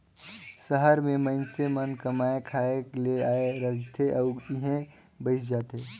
सहर में मइनसे मन कमाए खाए ले आए रहथें अउ इहें बइस जाथें